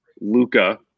Luca